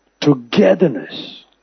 Togetherness